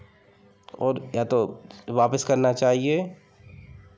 और या तो वापस करना चाहिए